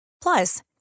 Plus